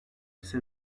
ise